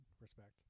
respect